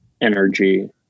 energy